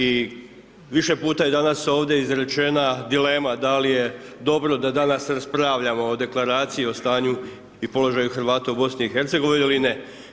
I više puta je danas ovdje izrečena dilema da li je dobro da danas raspravljamo o Deklaraciji o stanju i položaju Hrvata u BIH ili ne.